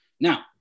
Now